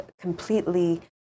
completely